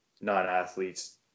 non-athletes